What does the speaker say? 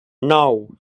nou